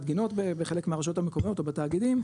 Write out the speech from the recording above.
גינות בחלק מהרשויות המקומיות או בתאגידים,